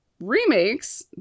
Remakes